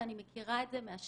ואני מכירה את זה מהשטח,